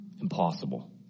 Impossible